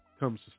comes